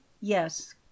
Yes